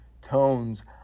tones